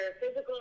physical